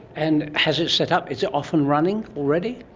and has it set up, is it off and running already?